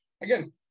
again